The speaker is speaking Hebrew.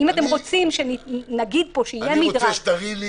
אם אתם רוצים שנגיד פה שיהיה מדרג --- אני רוצה שתראי לי